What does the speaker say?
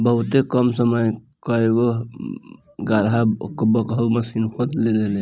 बहुते कम समय में कई गो गड़हा बैकहो माशीन खोद देले